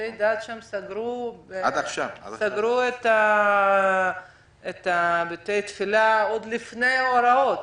אנשי הדת סגרו את בתי התפילה עוד לפני ההוראות